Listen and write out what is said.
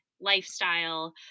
lifestyle